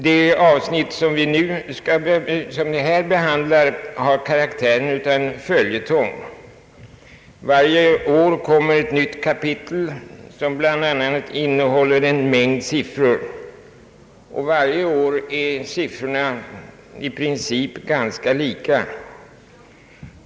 Det avsnittet har karaktären av en följetong. Varje år kommer ett nytt kapitel som bl.a. innehåller en mängd siffror, och varje år är siffrorna i princip ganska lika.